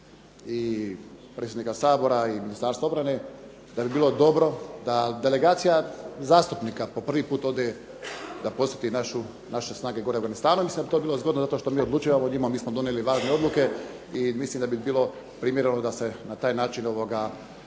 i predsjednika Sabora i Ministarstvo obrane da bi bilo dobro da delegacija zastupnika po prvi put ode da podsjeti naše snage gore u Afganistanu. Mislim da bi to bilo zgodno zato što mi odlučujemo o njima, mi smo donijeli važne odluke i mislim da bi bilo primjereno da se na taj način,